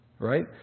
Right